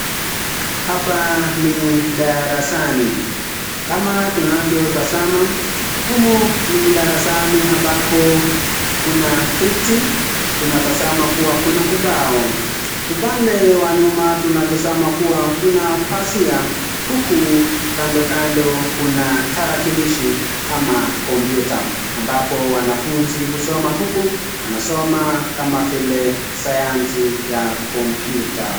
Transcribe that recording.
Hapa ni darasani, kama tunavyo tazama humu ni darasani ambapo kuna viti. Tuna tazama kuwa kuna obao. Upande wa nyuma tuna tazama kuwa kuna pasia huku kando kando kuna tarakilishi ama computer .Ambapo wanafunzi husoma huku wanasona kama vile, sayansi ya computer .